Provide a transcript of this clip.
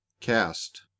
Cast